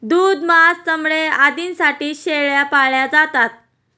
दूध, मांस, चामडे आदींसाठी शेळ्या पाळल्या जातात